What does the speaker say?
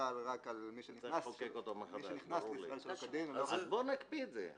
חל רק על מי שנכנס לישראל שלא כדין --- אז בוא נקפיא את זה.